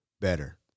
better